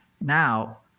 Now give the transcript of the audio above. now